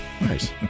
Nice